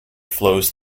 flows